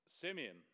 Simeon